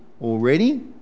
already